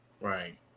Right